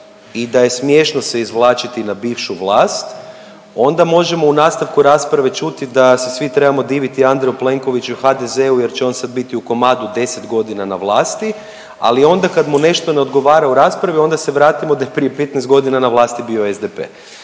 i da je smješno se izvlačiti na bivšu vlast onda možemo u nastavu rasprave čuti da se svi trebamo diviti Andreju Plenkoviću i HDZ-u jer će on sad biti u komadu 10 godina na vlasti, ali onda kad mu nešto ne odgovara u raspravi onda se vratimo da je prije 15 godina na vlasti bio SDP.